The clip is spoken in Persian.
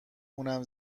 اونم